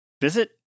Visit